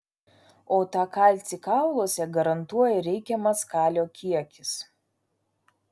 o tą kalcį kauluose garantuoja reikiamas kalio kiekis